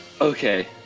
Okay